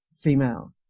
female